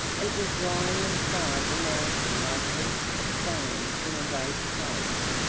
it was lying inside the mountain like heaps of stones in a waste place,